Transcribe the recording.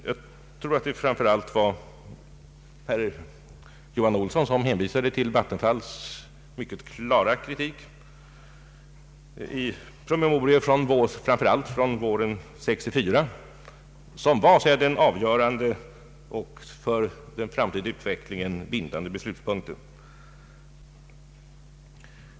Jag tror att det framför allt var herr Johan Olsson som hänvisade till vattenfallsstyrelsens mycket klara kritik i promemorior särskilt under våren 1964 som så att säga var den avgörande tidpunkten för att påverka den framtida utvecklingen.